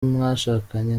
mwashakanye